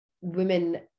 women